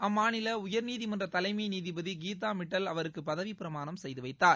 அம்மாநிலஉயர்நீதிமன்றதலைமைநீதிபதிகீதாமிட்டல் அவருக்குபதவிபிரமாணம் செய்துவைத்தார்